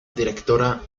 directora